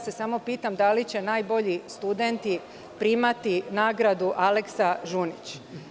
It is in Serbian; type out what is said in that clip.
Samo se pitam da li će najbolji studenti primati nagradu „Aleksa Žunić“